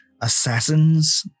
assassins